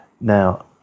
Now